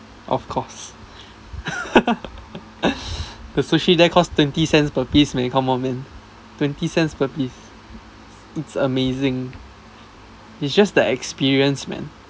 of course the sushi there costs twenty cents per piece man come on man twenty cents per piece it's amazing it's just the experience man